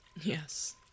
Yes